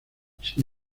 sin